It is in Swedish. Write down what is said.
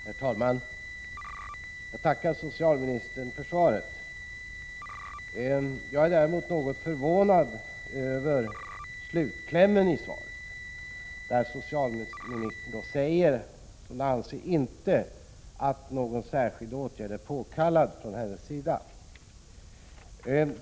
Herr talman! Jag tackar socialministern för svaret. Jag är något förvånad över slutklämmen i svaret, där socialministern säger att hon inte anser att någon särskild åtgärd är påkallad från hennes sida.